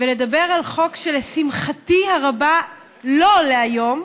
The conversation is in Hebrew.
ולדבר על חוק שלשמחתי הרבה לא עולה היום.